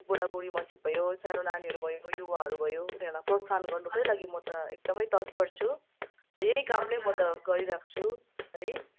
बुढाबुढी मान्छे भयो सानो नानीहरू भयो युवाहरू भयो उनीहरूलाई प्रोत्साहन गर्नुकै लागि म त एकदमै तत्पर छु यही काम नै म त गरिराख्छु है